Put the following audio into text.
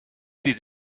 des